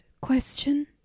question